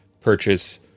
purchase